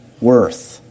worth